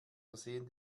versehen